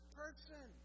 person